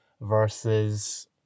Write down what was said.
Versus